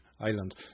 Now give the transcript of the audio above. Island